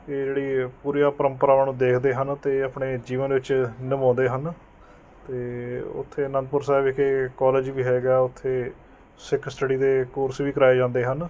ਇਹ ਜਿਹੜੀ ਪੂਰੀਆਂ ਪਰੰਪਰਾਵਾਂ ਨੂੰ ਦੇਖਦੇ ਹਨ ਅਤੇ ਆਪਣੇ ਜੀਵਨ ਵਿੱਚ ਨਿਭਾਉਂਦੇ ਹਨ ਅਤੇ ਉੱਥੇ ਅਨੰਦਪੁਰ ਸਾਹਿਬ ਵਿਖੇ ਕੋਲਜ ਵੀ ਹੈਗਾ ਉੱਥੇ ਸਿੱਖ ਸਟੱਡੀ ਦੇ ਕੋਰਸ ਵੀ ਕਰਾਏ ਜਾਂਦੇ ਹਨ